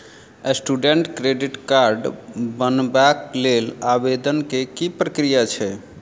Student credit card बनेबाक लेल आवेदन केँ की प्रक्रिया छै?